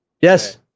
Yes